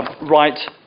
right